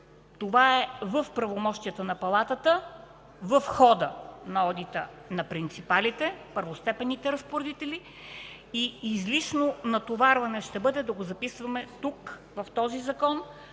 това е в правомощията на Палатата в хода на одита на принципалите – първостепенните разпоредители, и излишно натоварване ще бъде да го записваме тук, в този закон,